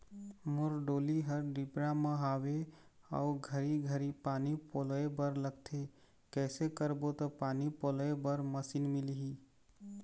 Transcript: मोर डोली हर डिपरा म हावे अऊ घरी घरी पानी पलोए बर लगथे कैसे करबो त पानी पलोए बर मशीन मिलही?